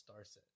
Starset